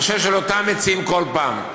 אני חושב שלאותם מציעים כל פעם.